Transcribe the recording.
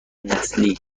نسلی